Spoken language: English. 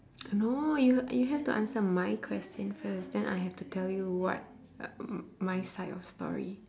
no you you have to answer my question first then I have to tell you what uh my side of story